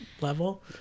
level